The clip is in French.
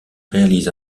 réalise